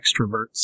extroverts